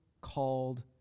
called